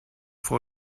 frau